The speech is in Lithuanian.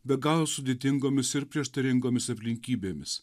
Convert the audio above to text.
be galo sudėtingomis ir prieštaringomis aplinkybėmis